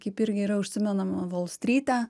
kaip irgi yra užsimenama volstryte